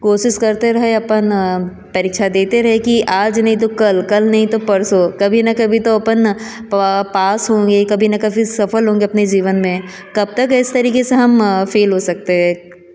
कोशिश करते रहे अपन परीक्षा देते रहे कि आज नहीं तो कल कल नहीं तो परसों कभी न कभी तो अपन प पास होंगे कभी न कभी सफ़ल होंगे अपने जीवन में कब तक इस तरीके से हम फे़ल हो सकते हैं